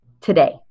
today